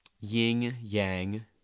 yin-yang